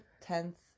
tenth